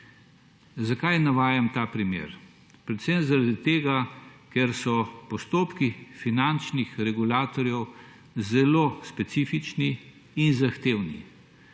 Zakaj navajam ta primer? Predvsem zaradi tega ker so postopki finančnih regulatorjev zelo specifični in zahtevni,